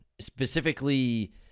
Specifically